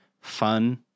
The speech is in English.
fun